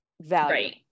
value